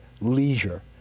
leisure